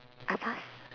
I pass